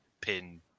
pin